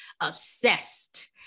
obsessed